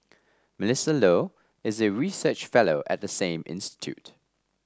Melissa Low is a research fellow at the same institute